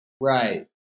Right